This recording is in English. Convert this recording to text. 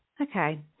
Okay